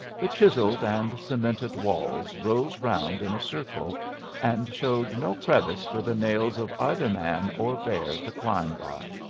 the chiselled and cemented walls rose round in a circle and showed no crevice for the nails of either man or bear to climb by.